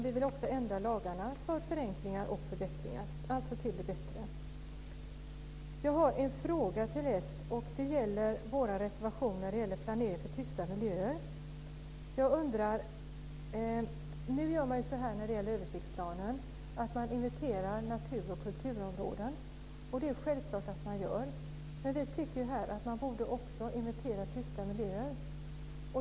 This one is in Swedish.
Vi vill också ändra lagarna för att få förenklingar och förbättringar. Det ska alltså bli till det bättre. Jag har en fråga till Socialdemokraterna. Det gäller vår reservation om planering för tysta miljöer. Nu gör man ju så när det gäller översiktsplanen att man inventerar natur och kulturområden. Det är självklart att man gör det. Men vi tycker att man också borde inventera tysta miljöer.